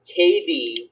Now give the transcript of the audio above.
KD